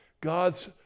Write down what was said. God's